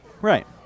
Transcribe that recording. right